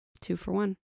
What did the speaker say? two-for-one